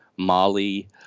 Mali